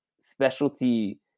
specialty